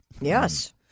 Yes